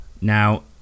Now